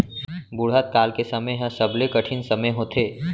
बुढ़त काल के समे ह सबले कठिन समे होथे